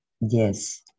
Yes